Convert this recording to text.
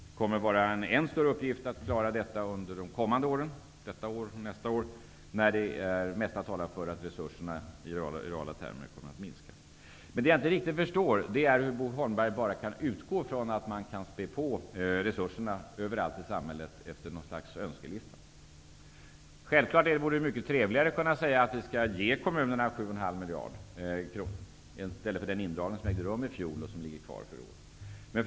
Det kommer att vara en än större uppgift att klara detta under de kommande åren -- detta år och nästa år -- då det mesta talar för att resurserna i reala termer kommer att minska. Det jag inte riktigt förstår är hur Bo Holmberg kan utgå från att man kan spä på resurserna överallt i samhället efter något slags önskelista. Självfallet vore det mycket trevligare att kunna säga att vi skall ge kommunerna 7,5 miljarder, i stället för den indragning som ägde rum i fjol och som kommer att genomföras också i år.